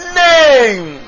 name